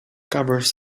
covers